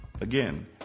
again